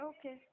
Okay